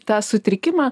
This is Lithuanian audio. tą sutrikimą